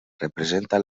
representa